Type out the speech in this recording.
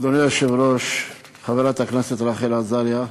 אדוני היושב-ראש, חברת הכנסת רחל עזריה,